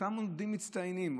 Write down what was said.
אותם עובדים מצטיינים,